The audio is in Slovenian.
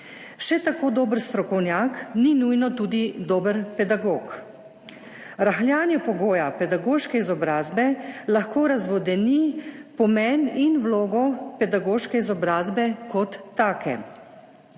Še tako dober strokovnjak ni nujno tudi dober pedagog. Rahljanje pogoja pedagoške izobrazbe lahko razvodeni pomen in vlogo pedagoške izobrazbe kot take.